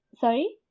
sorry